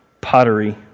pottery